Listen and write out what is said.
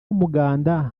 umuganda